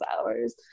hours